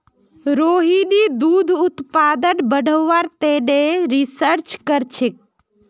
रोहिणी दूध उत्पादन बढ़व्वार तने रिसर्च करछेक